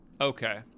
Okay